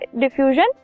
Diffusion